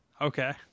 Okay